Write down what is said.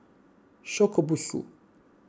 Shokubutsu